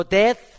death